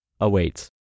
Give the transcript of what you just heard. awaits